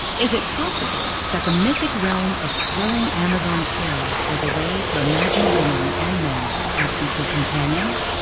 is it possible that the mythic realm of thrilling amazon tales was a way to imagine women and men as equal companions?